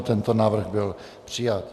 Tento návrh byl přijat.